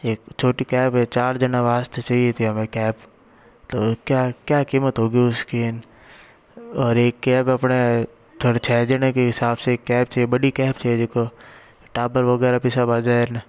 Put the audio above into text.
ये एक छोटी कैब ये चार जना वास्ते चाहिए थी हमें कैब तो क्या क्या कीमत होगी उसकी और एक कैब अपने थोड़े छः जने के हिसाब से कैब चाहिए बड़ी कैब चाहिए देखो टापर वगैरह भी सब आ जाएँ